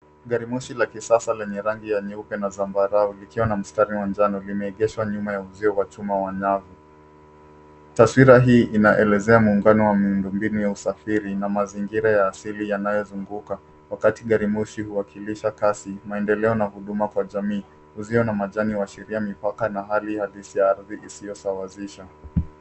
Gari moshi la kisasa lenye rangi ya nyeupe na zambarau likiwa na mstari manjano, limeegeshwa nyuma ya uzio wa chuma wa nyavu. Taswira hii inaelezea muungano wa miundombinu ya usafiri na mazingira ya asili yanayozunguka, wakati garimoshi huwakilisha kazi, maendeleo na huduma kwa jamii. Uzio na majani huashiria mipaka na hali ya visiardhi isiyosawazisha.